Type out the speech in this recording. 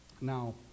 now